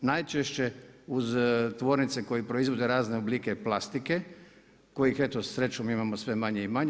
Najčešće uz tvornice koje proizvode razne oblike plastike kojih eto srećom imamo sve manje i manje.